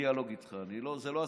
דיאלוג איתך עכשיו, זה לא הסיפור.